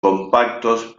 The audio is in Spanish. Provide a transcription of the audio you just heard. compactos